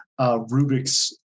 Rubik's